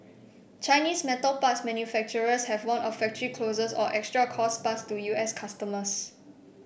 chinese metal parts manufacturers have warned of factory closures or extra costs passed to U S customers